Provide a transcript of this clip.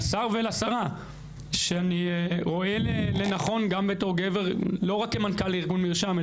לשר ולשרה שאני רואה לנכון גם בתור גבר לא רק כמנכ"ל ארגון מרשם,